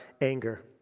anger